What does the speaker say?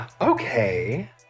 Okay